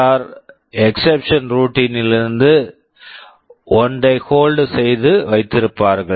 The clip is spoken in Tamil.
ஆர் CPSR ன் காப்பி copy ஒன்றை ஹோல்ட் hold செய்து வைத்திருப்பார்கள்